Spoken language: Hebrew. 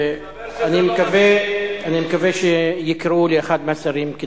אבל זה לא מספיק, אין להם זמן.